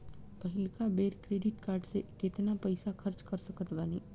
पहिलका बेर credit card से केतना पईसा खर्चा कर सकत बानी?